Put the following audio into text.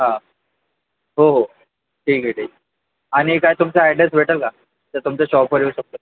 हां हो हो ठीक आहे ठीक आणि काय तुमचा ॲडेस भेटेल का तर तुमच्या शॉपवर येऊ शकतो